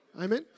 Amen